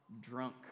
drunk